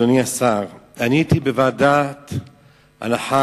אדוני השר: אני הייתי בוועדת הנחה,